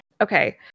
Okay